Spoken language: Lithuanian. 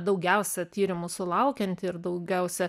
daugiausia tyrimų sulaukianti ir daugiausia